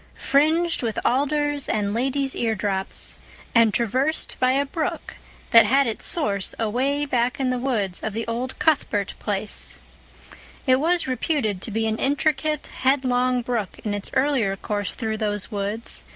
fringed with alders and ladies' eardrops and traversed by a brook that had its source away back in the woods of the old cuthbert place it was reputed to be an intricate, headlong brook in its earlier course through those woods,